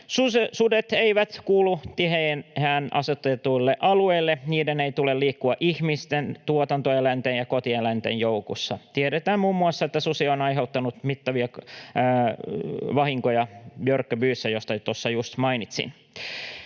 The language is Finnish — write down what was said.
Sudet eivät kuulu tiheään asutetuille alueille. Niiden ei tule liikkua ihmisten, tuotantoeläinten ja kotieläinten joukossa. Tiedetään muun muassa, että susi on aiheuttanut mittavia vahinkoja Björköbyssä, mistä tuossa just mainitsin.